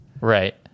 Right